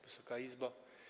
Wysoka Izbo!